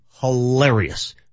hilarious